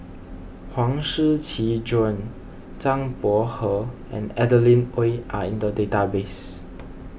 Huang Shiqi Joan Zhang Bohe and Adeline Ooi are in the database